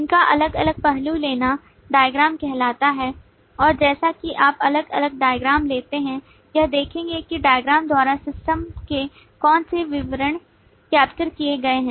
इनका अलग अलग पहलू लेना डायग्राम कहलाता है और जैसा कि आप अलग अलग डायग्राम लेते हैं यह देखेंगे कि diagrams द्वारा सिस्टम के कौन से विवरण कैप्चर किए गए हैं